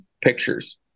pictures